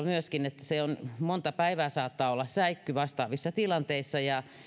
myöskin sellainen että se saattaa olla monta päivää säikky vastaavissa tilanteissa ja